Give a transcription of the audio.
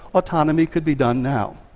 autonomy could be done now.